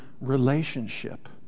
relationship